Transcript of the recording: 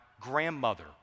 grandmother